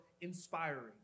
inspiring